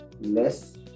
less